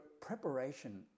preparation